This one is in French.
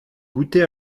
goûter